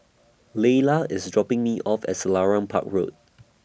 Laylah IS dropping Me off At Selarang Park Road